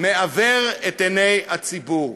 מעוור את עיני הציבור.